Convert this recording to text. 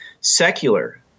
secular